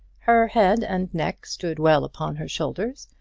her head and neck stood well upon her shoulders,